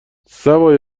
سوای